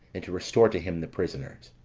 and to restore to him the prisoners.